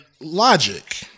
logic